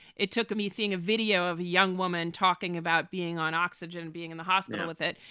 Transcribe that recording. it took me seeing a video of a young woman talking about being on oxygen, being in the hospital with it.